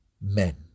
men